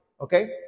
okay